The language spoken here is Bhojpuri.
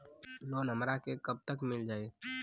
लोन हमरा के कब तक मिल जाई?